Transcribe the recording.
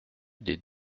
des